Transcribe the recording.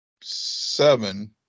seven